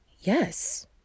yes